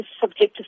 subjective